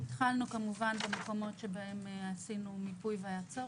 התחלנו כמובן במקומות שבהם עשינו מיפוי והיה יותר צורך.